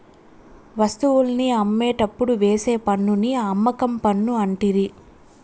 వస్తువుల్ని అమ్మేటప్పుడు వేసే పన్నుని అమ్మకం పన్ను అంటిరి